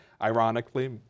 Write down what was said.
Ironically